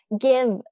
give